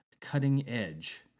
cutting-edge